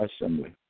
assembly